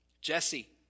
Jesse